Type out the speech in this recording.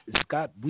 Scott